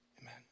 Amen